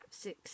Six